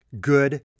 good